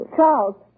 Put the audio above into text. Charles